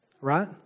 right